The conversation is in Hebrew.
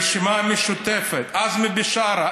הרשימה המשותפת: עזמי בשארה.